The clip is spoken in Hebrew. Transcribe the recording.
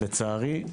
לצערי.